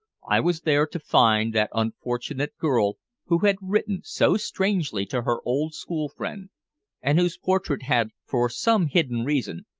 i was there to find that unfortunate girl who had written so strangely to her old school friend and whose portrait had, for some hidden reason,